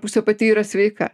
pusė pati yra sveika